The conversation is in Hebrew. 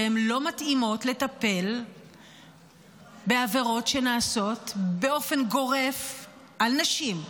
והן לא מתאימות לטפל בעבירות שנעשות באופן גורף על נשים.